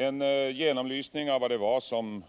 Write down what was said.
En genomlysning av vad det var som